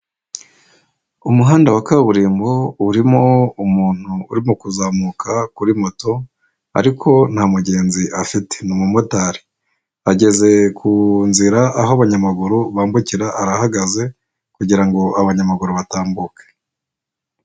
Umuhanda wa kaburimbo urimo umuntu urimo kuzamuka kuri moto, ariko nta mugenzi afite ni umumotari, ageze ku nzira aho abanyamaguru bambukira, arahagaze kugira ngo abanyamaguru batambuke.